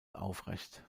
aufrecht